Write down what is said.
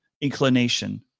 inclination